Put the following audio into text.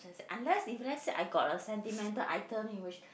unless if let's say I got a sentimental item in wish